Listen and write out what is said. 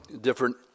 different